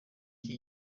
iki